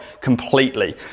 completely